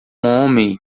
homem